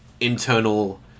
internal